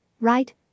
Right